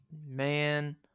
man